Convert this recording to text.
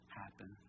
happen